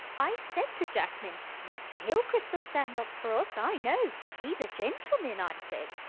i said to jackman mr. hillcrist'll stand up for us, i know. he's a gentleman, i said.